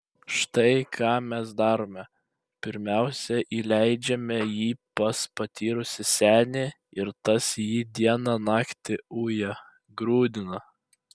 štai ką mes darome pirmiausia įleidžiame jį pas patyrusį senį ir tas jį dieną naktį uja grūdina